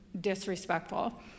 disrespectful